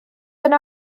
yna